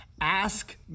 Ask